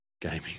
gaming